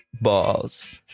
Balls